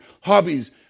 hobbies